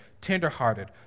tenderhearted